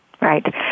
Right